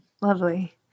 Lovely